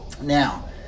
Now